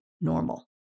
normal